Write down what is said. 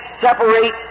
separate